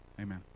amen